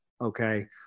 Okay